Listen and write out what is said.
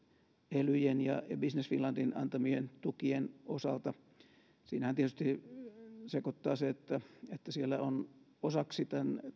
elyjen ja ja business finlandin antamien tukien osalta siinähän tietysti sekoittaa se että siellä on osaksi